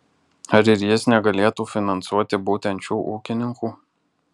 ar ir jis negalėtų finansuoti būtent šių ūkininkų